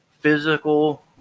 physical